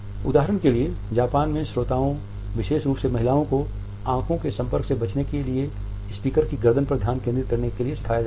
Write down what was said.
उदाहरण के लिए जापान में श्रोताओं विशेष रूप से महिलाओं को आंखों के संपर्क से बचने के लिए स्पीकर की गर्दन पर ध्यान केंद्रित करने के लिए सिखाया जाता है